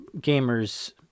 gamers